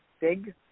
big